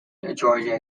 georgia